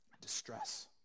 distress